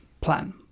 plan